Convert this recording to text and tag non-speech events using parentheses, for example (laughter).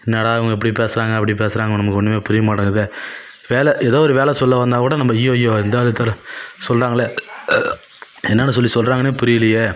என்னடா இவங்க இப்படி பேசுறாங்க அப்படி பேசுறாங்க ஒன் நமக்கு ஒன்றுமே புரிய மாட்டேங்கிதே வேலை எதோ ஒரு வேலை சொல்ல வந்தால் கூட நம்ப ஐய்யயோ இந்த (unintelligible) சொல்லுறாங்களே என்னான்னு சொல்லி சொல்லுறாங்கனே புரியலியே